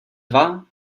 dva